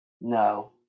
No